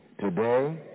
Today